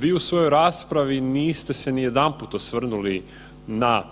Vi u svojoj raspravi niste se nijedanput osvrnuli na